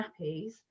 nappies